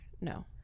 No